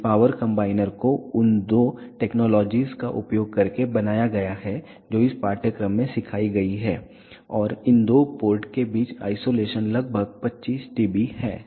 इस power combiner को उन टेक्नोलॉजीज का उपयोग करके बनाया गया है जो इस पाठ्यक्रम में सिखाई गई हैं और इन दोनों पोर्ट के बीच आइसोलेशन लगभग 25 dB है